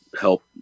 help